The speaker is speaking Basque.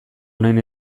orain